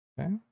Okay